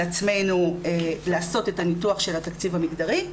עצמנו לעשות את הניתוח של התקציב המגדרי.